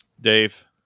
Dave